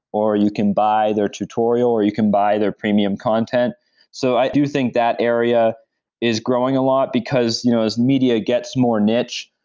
or you can buy their tutorial, or you can buy their premium content so i do think that area is growing a lot, because you know as media gets more niche,